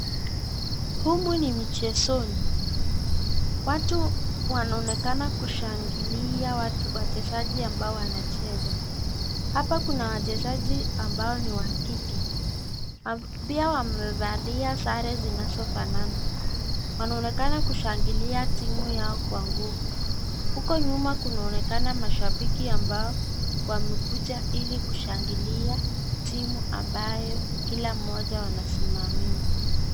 Humu ni mchezoni. Watu wanaonekana kushangilia watu wachezaji ambao wanacheza. Hapa kuna wachezaji ambao ni wa kike. Pia wamevalia sare zinazofanana. Wanaonekana kushangilia timu yao kwa nguvu. Huko nyuma kunaonekana mashabiki ambao wamekuja ili kushangilia timu ambayo kila mmoja wanasimamia.